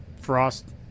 Frost